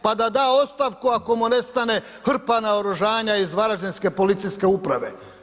Pa da da ostavku ako mu nestane hrpa naoružanja iz varaždinske policijske uprave.